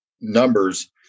numbers